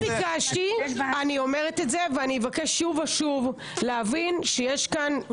אני ביקשתי ואני אבקש שוב ושוב להבין שיש כאן